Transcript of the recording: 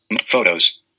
photos